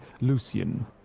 Lucian